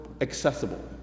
accessible